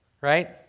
right